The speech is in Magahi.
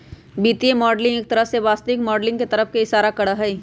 वित्तीय मॉडलिंग एक तरह से वास्तविक माडलिंग के तरफ इशारा करा हई